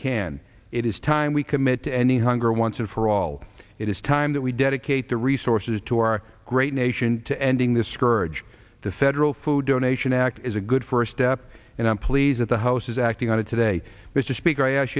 can it is time we commit to any hunger once and for all it is time that we dedicate the resources to our great nation to ending this scourge the federal food donation act is a good first step and i'm pleased that the house is acting on it today mr speaker i asked